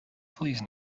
please